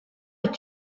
est